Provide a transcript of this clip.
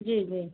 जी जी